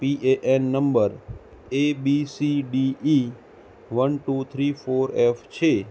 P A N number A B C D E one two three four F છે